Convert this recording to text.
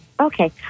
Okay